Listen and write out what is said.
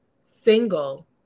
single